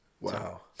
Wow